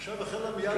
עכשיו החלה מייד,